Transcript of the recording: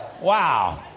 Wow